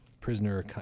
Prisoner